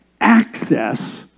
access